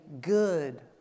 good